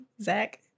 Zach